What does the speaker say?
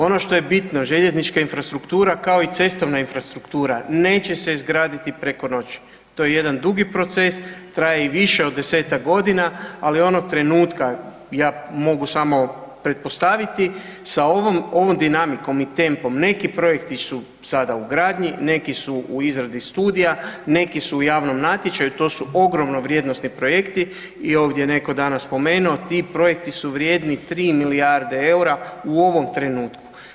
Ono što je bitna, željeznička infrastruktura kao i cestovna infrastruktura neće se izgraditi preko noći, to je jedan dugi proces, traje i više od 10-ak godina, ali onog trenutka, ja mogu samo pretpostaviti, sa ovom dinamikom i tempom neki projekti su ada u gradnji, neki su u izradi studija, neki su u javnom natječaju, to su ogromno vrijednosni projekti i ovdje je netko danas spomenuo, ti projekti su vrijedni 3 milijarde eura u ovom trenutku.